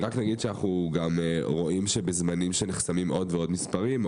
אנחנו רואים שבזמנים שנחסמים עוד ועוד מספרים,